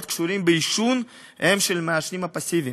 הקשורים בעישון הם של המעשנים הפסיבים.